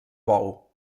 bou